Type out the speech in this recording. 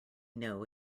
know